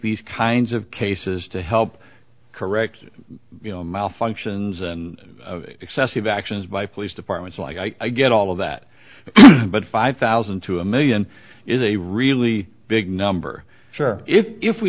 these kinds of cases to help correct malfunctions and excessive actions by police departments like i get all of that but five thousand to a million is a really big number sure if if we